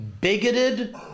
bigoted